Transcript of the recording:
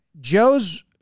Joe's